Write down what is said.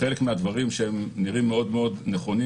חלק מהדברים שנראים מאוד מאוד נכונים